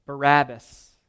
Barabbas